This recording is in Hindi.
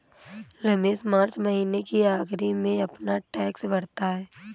रमेश मार्च महीने के आखिरी में अपना टैक्स भरता है